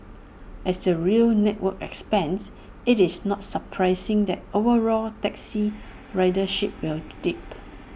as the rail network expands IT is not surprising that overall taxi ridership will dip